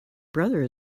brother